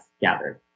gathered